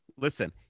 Listen